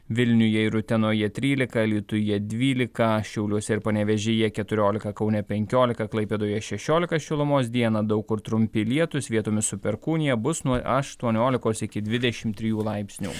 vilniuje ir utenoje trylika alytuje dvylika šiauliuose ir panevėžyje keturiolika kaune penkiolika klaipėdoje šešiolika šilumos dieną daug kur trumpi lietūs vietomis su perkūnija bus nuo aštuoniolikos iki dvidešimt trijų laipsnių